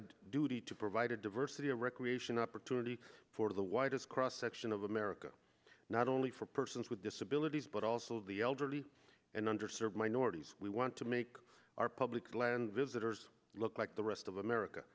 a duty to provide a diversity of recreation opportunity for the widest cross section of america not only for persons with disabilities but also the elderly and under served minorities we want to make our public land visitors look like the rest of america